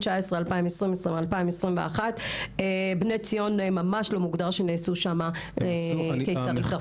2019-2021 לא מוגדר שנעשו בבני ציון ניתוחים קיסרים צרפתיים.